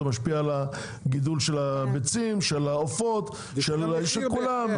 משפיע על גידול הביצים והעופות של כולם.